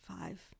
five